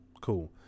Cool